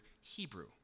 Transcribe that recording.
Hebrew